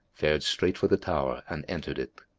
fared straight for the tower and entered it.